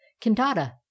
Kintada